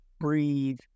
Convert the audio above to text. breathe